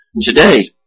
today